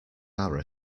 are